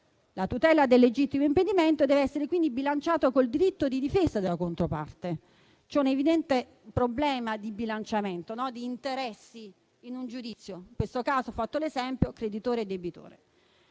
La tutela del legittimo impedimento deve essere quindi bilanciata con il diritto di difesa della controparte. C'è un evidente problema di bilanciamento, di interessi in un giudizio: in questo caso ho fatto l'esempio del creditore e del debitore.